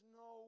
no